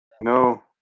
no